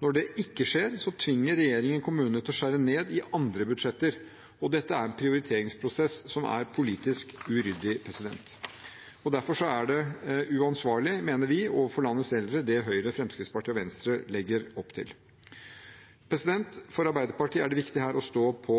Når det ikke skjer, tvinger regjeringen kommunene til å skjære ned i andre budsjetter, og det er en prioriteringsprosess som er politisk uryddig. Derfor er det Høyre, Fremskrittspartiet og Venstre legger opp til overfor landets eldre, uansvarlig – mener vi. For Arbeiderpartiet er det viktige å stå på